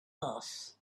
earth